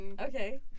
Okay